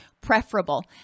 preferable